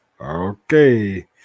okay